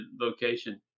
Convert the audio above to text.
location